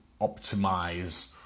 optimize